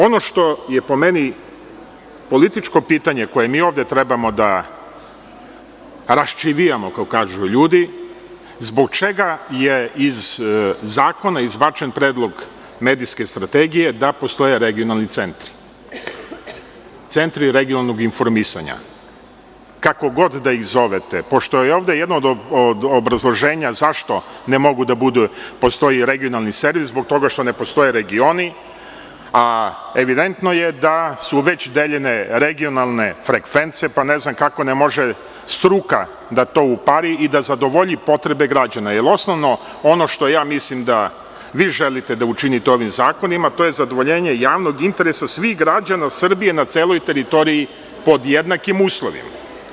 Ono što je po meni političko pitanje, koje mi ovde treba da raščivijamo, kako kažu ljudi, zbog čega je iz zakona izbačen predlog medijske strategije, da postoje regionalni centri, centri regionalnog informisanja, kako god da ih zovete, pošto je ovde jedno od obrazloženja zašto ne mogu da budu, postoji regionalni servis, zbog toga što ne postoje regioni, a evidentno je da su već deljene regionalne frekvence, pa ne znam kako ne može struka da to upari i da zadovolji potrebe građana, jer osnovno što vi želite da učinite, tako ja mislim, to je zadovoljenje javnog interesa svih građana Srbije na celoj teritoriji pod jednakim uslovima.